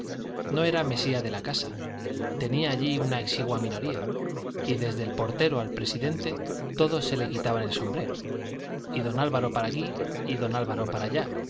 no era mesía de la casa tenía allí una exigua minoría y desde el portero al presidente todos se le quitaban el sombrero y don álvaro para aquí y don álvaro para allá